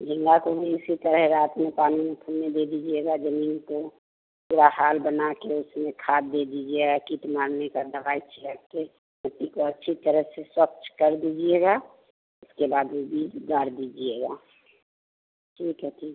झींगा को भी इसी तरह रात में पानी में फूलने दे दीजिएगा जमीन को पूरा हाल बना के उसमें खाद दे दीजिएगा कीट मारने का दवाई छिड़क के मिट्टी को अच्छी तरह से स्वच्छ कर दीजिएगा उसके बाद वो बीज गाड़ दीजिएगा ठीक है ठीक